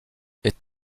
est